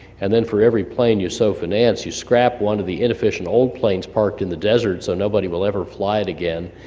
and then for every plane you so finance you scrap one of the inefficient old planes parked in the desert, so nobody will ever fly it again.